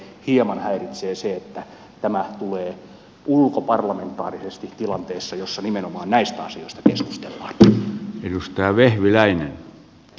hieman häiritsee se että tämä tulee ulkoparlamentaarisesti tilanteessa jossa nimenomaan näistä asioista keskustellaan